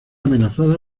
amenazada